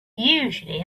usually